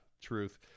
truth